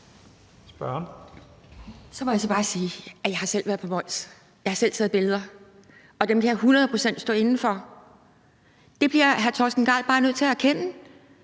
Så må jeg altså bare sige, at jeg selv har været på Mols. Jeg har selv taget billeder, og dem kan jeg hundrede procent stå inde for. Det bliver hr. Torsten Gejl bare nødt til at erkende.